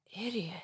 Idiot